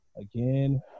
Again